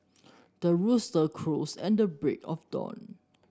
the rooster crows at the break of dawn